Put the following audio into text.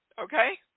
Okay